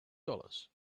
dollars